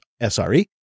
SRE